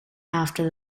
after